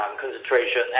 concentration